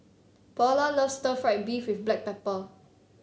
Paola loves Stir Fried Beef with Black Pepper